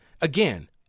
Again